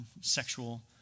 sexual